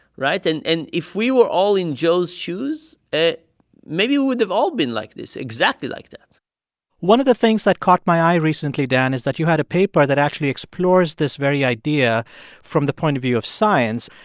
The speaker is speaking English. right? and and if we were all in joe's shoes, maybe we would have all been like this, exactly like that one of the things that caught my eye recently, dan, is that you had a paper that actually explores this very idea from the point of view of science.